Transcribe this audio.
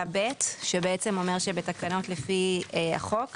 54ב :"בתקנות לפי חוק זה,